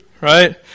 right